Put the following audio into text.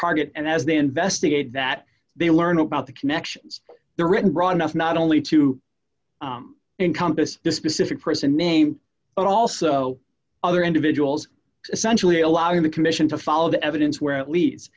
target and as they investigate that they learn about the connections they're written broad enough not only to encompass the specific person name but also other individuals essentially allowing the commission to follow the evidence where it leads